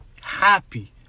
Happy